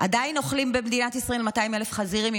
עדיין אוכלים במדינת ישראל 200,000 חזירים,